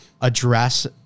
address